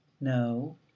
No